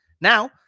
Now